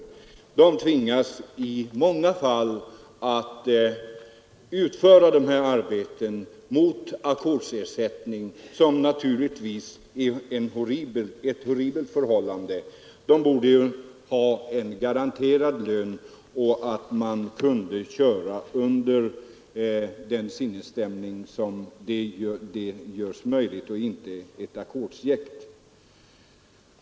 Chaufförerna tvingas i många fall utföra sitt arbete mot ackordsersättning, vilket naturligtvis är horribelt; de borde ha en garanterad lön för att därigenom kunna köra i en annan sinnesstämning än den som ett ackordsjäkt ger.